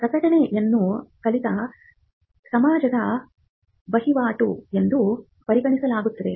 ಪ್ರಕಟಣೆಯನ್ನು ಕಲಿತ ಸಮಾಜದ ವಹಿವಾಟು ಎಂದು ಪರಿಗಣಿಸಲಾಗುತ್ತದೆ